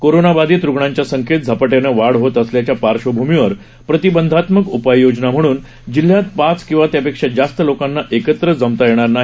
corona बाधित रुग्णांच्या संख्येत झपाट्याने वाढ होत असल्याच्या पार्श्वभूमीवर प्रतिबंधात्मक उपाययोजना म्हणून जिल्ह्यात पाच किंवा त्यापेक्षा जास्त लोकांना एकत्र जमता येणार नाही